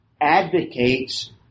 advocates